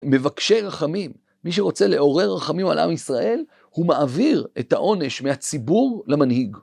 מבקשי רחמים, מי שרוצה לעורר רחמים על עם ישראל, הוא מעביר את העונש מהציבור למנהיג.